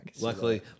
Luckily